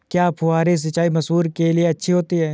क्या फुहारी सिंचाई मसूर के लिए अच्छी होती है?